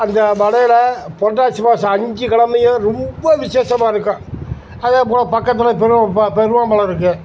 அந்த மலையில் புரட்டாசி மாதம் அஞ்சு கிழமையும் ரொம்ப விசேஷமாக இருக்கும் அதே போல பக்கத்தில் பருவ ப பருவ மலை இருக்குது